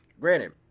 granted